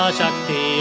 Shakti